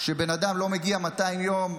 שכשבן אדם לא מגיע 200 ימים,